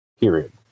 period